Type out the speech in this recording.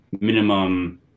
minimum